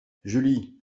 julie